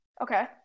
Okay